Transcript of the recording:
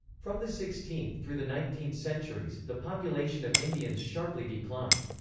from the sixteenth through the nineteenth centuries, the population of indians sharply declined.